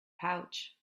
pouch